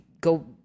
go